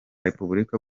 repubulika